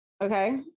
okay